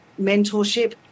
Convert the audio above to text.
mentorship